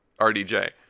rdj